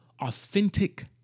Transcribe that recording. authentic